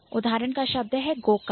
उदाहरण का शब्द है Go kart गो कार्ट